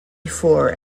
four